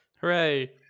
Hooray